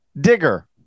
Digger